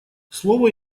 слово